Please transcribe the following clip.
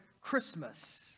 Christmas